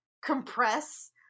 compress